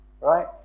right